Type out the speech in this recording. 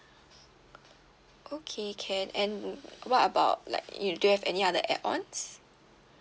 okay can and what about like you do you have any other add ons